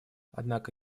однако